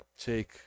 take